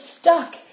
stuck